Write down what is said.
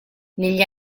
negli